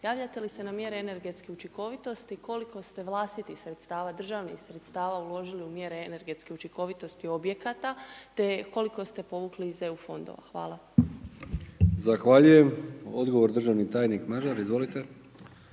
Javljate li se na mjere energetske učinkovitosti, koliko ste vlastitih sredstava, državnih sredstava uložili u mjere energetske učinkovitosti objekata, te koliko ste povukli iz EU fondova? Hvala. **Brkić, Milijan (HDZ)** Zahvaljujem. Odgovor državni tajnik Mažar, izvolite.